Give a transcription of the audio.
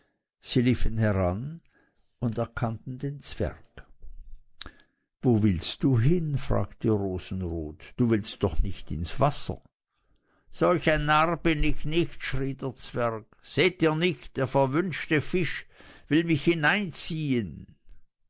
heran und erkannten den zwerg wo willst du hin sagte rosenrot du willst doch nicht ins wasser solch ein narr bin ich nicht schrie der zwerg seht ihr nicht der verwünschte fisch will mich hineinziehen